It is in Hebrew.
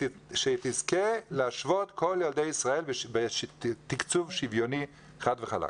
שהיא תזכה להשוות את כל ילדי ישראל בתקצוב שוויוני חד וחלק.